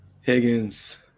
Higgins